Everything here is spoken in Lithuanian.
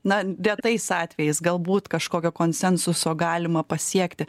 na retais atvejais galbūt kažkokio konsensuso galima pasiekti